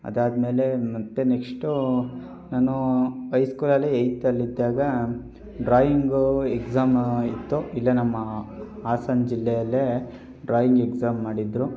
ಅದಾದ್ಮೇಲೆ ಮತ್ತು ನೆಕ್ಸ್ಟು ನಾನೂ ಐ ಸ್ಕೂಲಲ್ಲಿ ಎಯ್ತ್ ಅಲ್ಲಿ ಇದ್ದಾಗ ಡ್ರಾಯಿಂಗು ಎಕ್ಝಾಮ್ ಇತ್ತು ಇಲ್ಲೇ ನಮ್ಮ ಹಾಸನ್ ಜಿಲ್ಲೆಯಲ್ಲೇ ಡ್ರಾಯಿಂಗ್ ಎಕ್ಝಾಮ್ ಮಾಡಿದರು